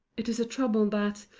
it is a trouble that,